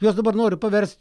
juos dabar nori pavers